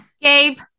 Gabe